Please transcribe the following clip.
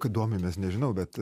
kad domimės nežinau bet